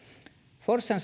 forssan